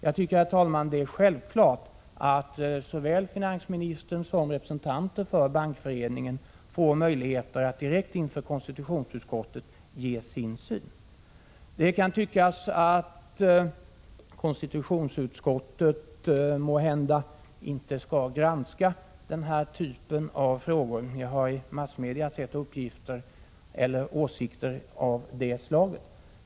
Jag tycker att det är självklart att såväl finansministern som representanter för Bankföreningen får möjligheter att direkt inför konstitutionsutskottet ge sin syn på den här frågan. Det kan tyckas att konstitutionsutskottet inte skall granska denna typ av frågor. Jag har i massmedia sett åsikter av det slaget.